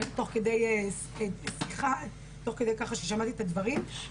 תוך כדי כך ששמעתי את הדברים ככה.